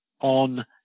on